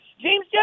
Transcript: James